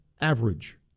average